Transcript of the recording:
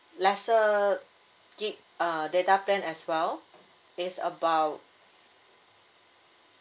lesser gig uh data plan as well it's about